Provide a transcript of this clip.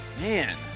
Man